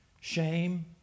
shame